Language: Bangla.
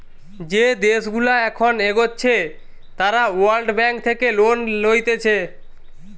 যে দেশগুলা এখন এগোচ্ছে তারা ওয়ার্ল্ড ব্যাঙ্ক থেকে লোন লইতেছে